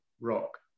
rock